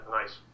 nice